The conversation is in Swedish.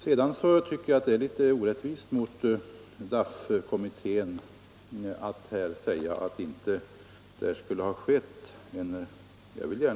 Vidare tycker jag det är litet orättvist mot DAC att säga att det inte har skett någonting där.